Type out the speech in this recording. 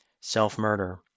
self-murder